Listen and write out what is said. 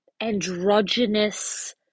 androgynous